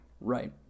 Right